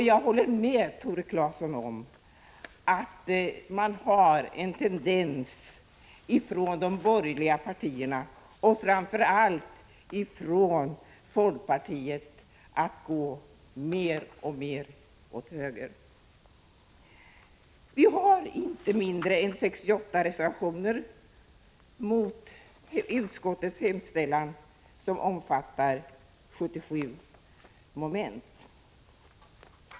Jag håller med Tore Claeson om att det finns en tendens hos de borgerliga partierna, framför allt folkpartiet, att gå mer och mer åt höger. Det har avgivits inte mindre än 68 reservationer mot utskottets hemställan, som omfattar 77 moment.